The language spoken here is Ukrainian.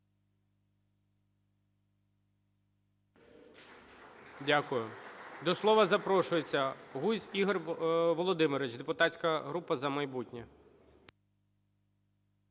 Дякую. До слова запрошується Гузь Ігор Володимирович, депутатська група "За майбутнє".